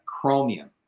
chromium